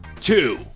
Two